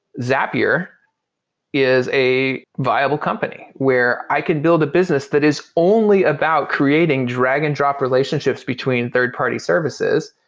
zapier is a viable company, where i can build a business that is only about creating drag-and-drop relationships between third-party services.